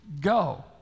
Go